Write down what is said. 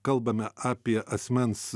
kalbame apie asmens